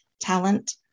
talent